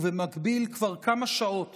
ובמקביל כבר כמה שעות